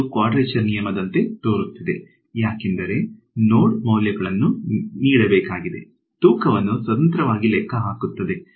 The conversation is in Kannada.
ಇದು ಕ್ವಾಡ್ರೇಚರ್ ನಿಯಮದಂತೆ ತೋರುತ್ತಿದೆ ಯಾಕೆಂದರೆ ನೋಡ್ ಮೌಲ್ಯಗಳನ್ನು ನೀಡಬೇಕಾಗಿದೆ ತೂಕವನ್ನು ಸ್ವತಂತ್ರವಾಗಿ ಲೆಕ್ಕಹಾಕಲಾಗುತ್ತದೆ